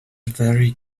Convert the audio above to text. very